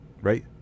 right